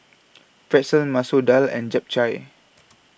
Pretzel Masoor Dal and Japchae